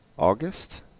August